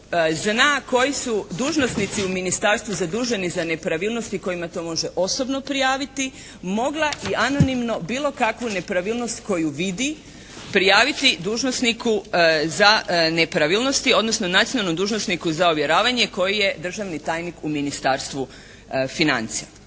zna koji su dužnosnici u Ministarstvu zaduženi za nepravilnosti kojima to može osobno prijaviti, mogla i anonimno bilo kakvu nepravilnost koju vidi prijaviti dužnosniku za nepravilnosti odnosno nacionalnom dužnosniku za ovjeravanje koji je državni tajnik u Ministarstvu financija.